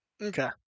Okay